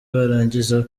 barangiza